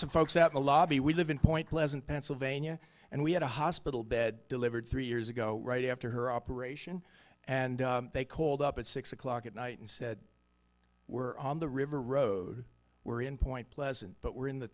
some folks at the lobby we live in point pleasant pennsylvania and we had a hospital bed delivered three years ago right after her operation and they called up at six o'clock at night and said we're on the river road we're in point pleasant but we're in the